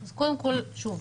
שוב,